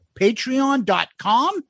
patreon.com